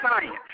science